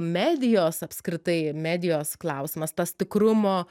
medijos apskritai medijos klausimas tas tikrumo